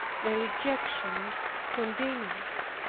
the rejection continues.